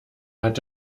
hat